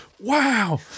wow